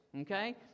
Okay